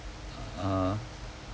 (uh huh)